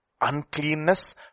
uncleanness